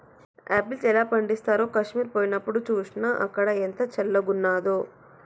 apples ఎలా పండిస్తారో కాశ్మీర్ పోయినప్డు చూస్నా, అక్కడ ఎంత చల్లంగున్నాదో